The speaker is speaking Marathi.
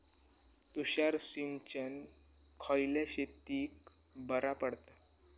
तुषार सिंचन खयल्या शेतीक बरा पडता?